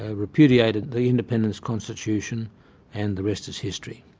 ah repudiated the independence constitution and the rest is history.